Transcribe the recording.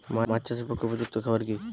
মাছ চাষের পক্ষে উপযুক্ত খাবার কি কি?